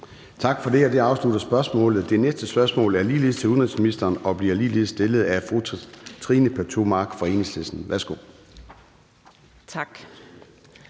Tak for det. Det afslutter spørgsmålet. Det næste spørgsmål er ligeledes til udenrigsministeren og bliver ligeledes stillet af fru Trine Pertou Mach fra Enhedslisten. Kl.